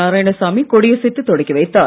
நாராயணசாமி கொடி அசைத்து தொடக்கி வைத்தார்